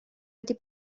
wedi